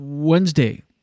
Wednesday